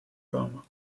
komen